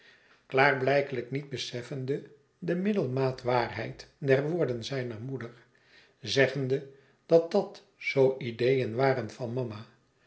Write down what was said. klaarblijkelijk niet beseffende de middelmaat waarheid der woorden zijner moeder zeggende dat dat zoo ideeën waren van mama